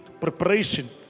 preparation